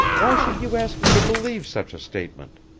why should you ask me to believe such a statement?